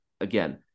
again